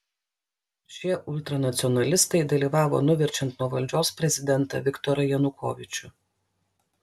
šie ultranacionalistai dalyvavo nuverčiant nuo valdžios prezidentą viktorą janukovyčių